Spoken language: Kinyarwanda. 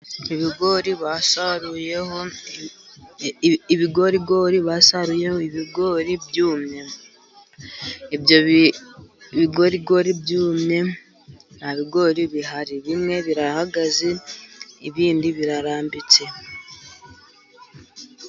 Ibigori basaruyeho, ibigorigori basaruyeho ibigori byumye, ibyo ibigorigori byumye, nta bigori bihari. bimwe birahagaze, ibindi birarambitse.